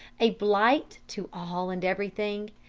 a blight to all and everything,